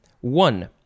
one